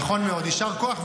נכון מאוד, יישר כוח.